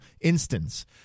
instance